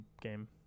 game